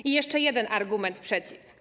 I jeszcze jeden argument przeciw.